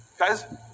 guys